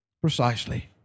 Precisely